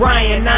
Ryan